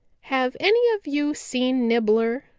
have any of you seen nibbler?